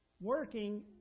Working